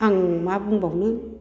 आं मा बुंबावनो